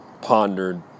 pondered